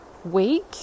Week